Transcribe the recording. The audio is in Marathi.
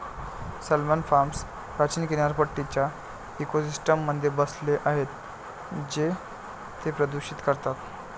सॅल्मन फार्म्स प्राचीन किनारपट्टीच्या इकोसिस्टममध्ये बसले आहेत जे ते प्रदूषित करतात